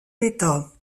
l’état